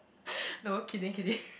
no kidding kidding